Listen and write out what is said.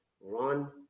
run